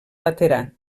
laterà